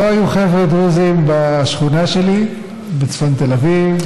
לא היו חבר'ה דרוזים בשכונה שלי בצפון תל אביב,